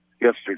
yesterday